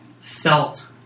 felt